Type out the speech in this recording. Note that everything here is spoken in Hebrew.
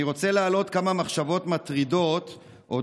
אני רוצה להעלות כמה מחשבות מטרידות על